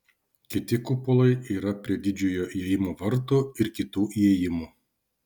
kiti kupolai yra prie didžiojo įėjimo vartų ir kitų įėjimų